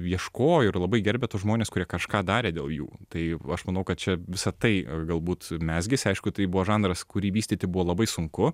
ieškojo ir labai gerbė tuos žmones kurie kažką darė dėl jų tai aš manau kad čia visa tai galbūt mezgėsi aišku tai buvo žanras kurį vystyti buvo labai sunku